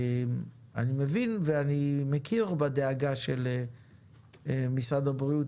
אני מבין ואני מכיר בדאגה של משרד הבריאות,